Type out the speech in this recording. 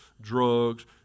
drugs